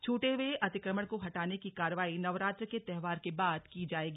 छूटे हुए अतिक्रमण को हटाने की कार्रवाई नवरात्र के त्योहार के बाद की जाएगी